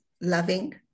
loving